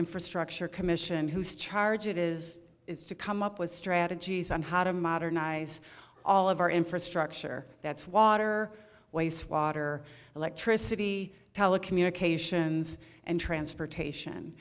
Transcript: infrastructure commission whose charge it is is to come up with strategies on how to modernize all of our infrastructure that's water waste water electricity telecommunications and transportation